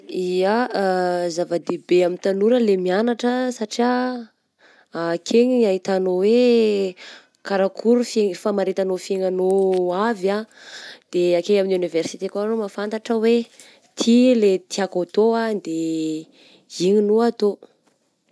Yah, zava-dehibe amin'ny tanora le mianatra satrià akeny no ahitanao hoe karakory fi-famaritanao fiaignanao avy ah, de akeny amin'ny oniversite koa mahafantatra hoe ty le tiako atao de igny no ataoko.